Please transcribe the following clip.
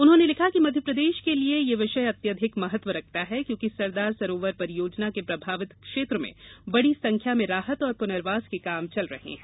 उन्होंने लिखा कि मध्यप्रदेश के लिए यह विषय अत्यधिक महत्व रखता है क्योंकि सरदार सरोवर परियोजना के प्रभावित क्षेत्र में बड़ी संख्या में राहत और पुनर्वास के काम चल रहे है